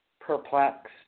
perplexed